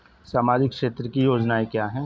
सामाजिक क्षेत्र की योजनाएं क्या हैं?